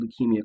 leukemia